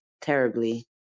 terribly